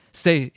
stay